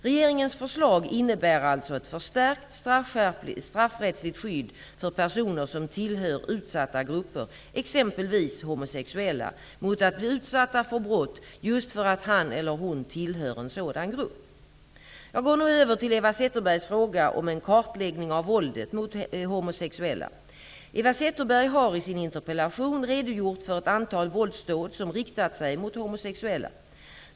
Regeringens förslag innebär alltså ett förstärkt straffrättsligt skydd för personer som tillhör utsatta grupper, exempelvis homosexuella, mot att bli utsatta för brott just för att han eller hon tillhör en sådan grupp. Jag går nu över till Eva Zetterbergs fråga om en kartläggning av våldet mot homosexuella. Eva Zetterberg har i sin interpellation redogjort för ett antal våldsdåd som riktat sig mot homosexuella.